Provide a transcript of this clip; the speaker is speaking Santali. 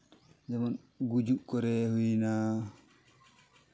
ᱡᱮᱢᱚᱱ ᱜᱩᱡᱩᱜ ᱠᱚᱨᱮ ᱦᱩᱭᱱᱟ